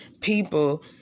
people